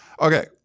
Okay